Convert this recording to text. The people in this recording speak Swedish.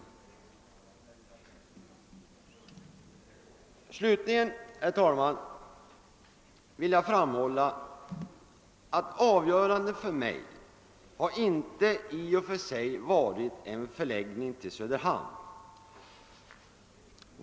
Slutligen vill jag framhålla att avgörande för mig har inte i och för sig varit en förläggning till Söderhamn.